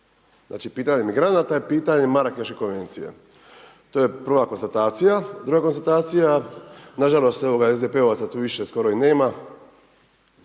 Znači pitanje migranata je pitanje Marrakesche konvencije, to je prva konstatacija. Druga konstatacija, nažalost, evo, SDP-ovaca tu sada skoro ni nema,